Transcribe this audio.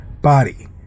body